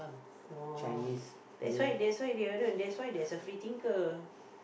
no that's why that's why they alone that's why there's a free thinker